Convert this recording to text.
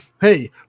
hey